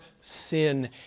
sin